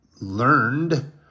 learned